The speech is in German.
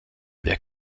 wer